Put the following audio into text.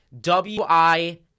W-I